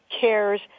cares